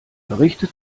berichtet